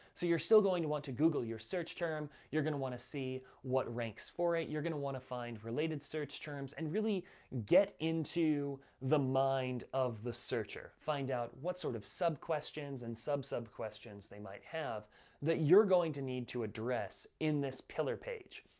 so you're still going to want to google your search term. you're gonna wanna see what ranks for it. you're gonna wanna find related search terms, and really get into the mind of the searcher. find out what sort of sub-questions and sub-sub-questions they might have that you're going to need to address in this pillar page.